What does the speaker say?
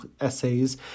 essays